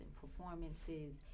performances